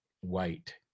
white